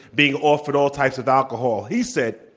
being offered all types of alcohol. he said,